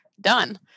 Done